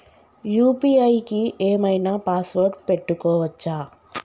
UPI కి ఏం ఐనా పాస్వర్డ్ పెట్టుకోవచ్చా?